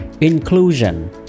inclusion